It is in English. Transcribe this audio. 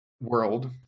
world